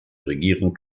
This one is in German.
regierung